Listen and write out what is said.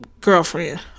girlfriend